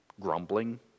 grumbling